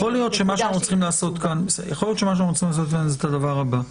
יכול להיות שמה שאנחנו צריכים לעשות כאן זה את הדבר הבא.